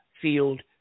field